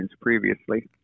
previously